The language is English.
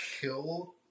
kill